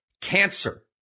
cancer